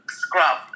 scrub